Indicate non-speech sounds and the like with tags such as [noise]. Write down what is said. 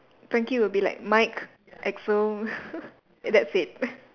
Frankie will be like Mike Axl [laughs] that's it